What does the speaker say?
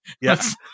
Yes